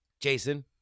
Jason